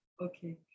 okay